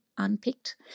unpicked